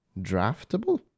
Draftable